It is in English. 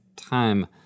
time